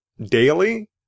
daily